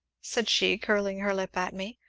said she, curling her lip at me,